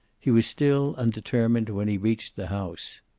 he was still undetermined when he reached the house.